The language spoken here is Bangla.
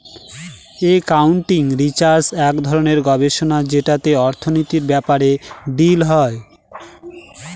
একাউন্টিং রিসার্চ এক ধরনের গবেষণা যেটাতে অর্থনীতির ব্যাপারে ডিল হয়